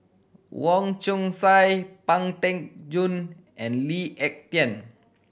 Wong Chong Sai Pang Teck Joon and Lee Ek Tieng